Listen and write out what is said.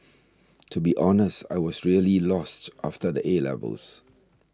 to be honest I was really lost after the 'A' levels